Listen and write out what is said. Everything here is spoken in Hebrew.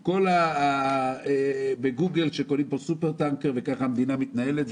עם כל זה שבגוגל קונים פה סופר-טנקר וכך המדינה מתנהלת,